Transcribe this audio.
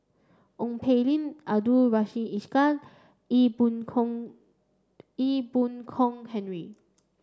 Ong Poh Lim Abdul Rahim Ishak Ee Boon Kong Ee Boon Kong Henry